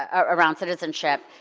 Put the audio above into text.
ah around citizenship,